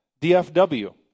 DFW